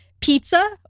pizza